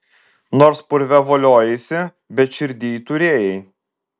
nors purve voliojaisi bet širdyj turėjai